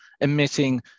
emitting